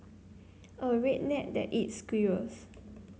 a redneck that eats squirrels